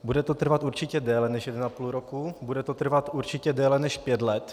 Bude to trvat určitě déle než 1,5 roku, bude to trvat určitě déle než 5 let.